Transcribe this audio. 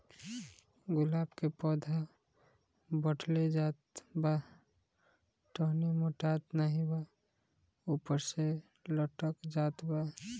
गुलाब क पौधा बढ़ले जात बा टहनी मोटात नाहीं बा ऊपर से लटक जात बा?